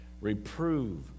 Reprove